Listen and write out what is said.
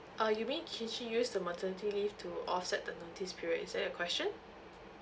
uh you mean can she use the maternity leave to offset the notice period is that your question